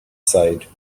sighed